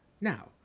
Now